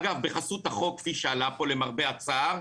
אגב בחסות החוק כפי שעלה פה למרבה הצער,